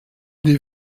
des